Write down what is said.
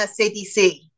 CDC